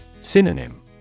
Synonym